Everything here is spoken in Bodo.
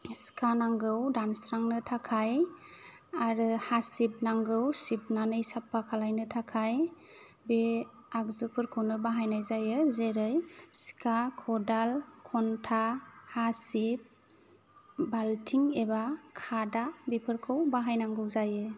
सिखा नांगौ दानस्रांनो थाखाय आरो हासिब नांगौ सिबनानै साफा खालामनो थाखाय बे आगजुफोरखौनो बाहायनाय जायो जेरै सिखा खदाल खन्था हासिब बाल्थिं एबा खादा बेफोरखौ बाहायनांगौ जायो